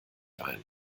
ein